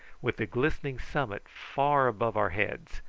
with the glistening summit far above our heads,